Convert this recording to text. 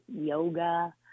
yoga